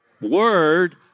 word